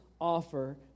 offer